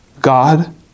God